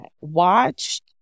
Watched